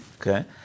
Okay